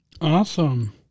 Awesome